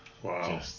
Wow